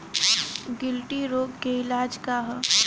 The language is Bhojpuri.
गिल्टी रोग के इलाज का ह?